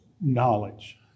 knowledge